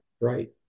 right